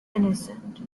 innocent